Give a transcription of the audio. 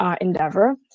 endeavor